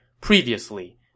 Previously